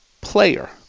player